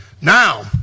Now